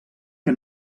que